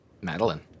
Madeline